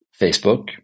Facebook